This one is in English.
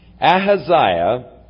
Ahaziah